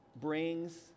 brings